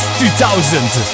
2000